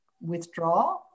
withdraw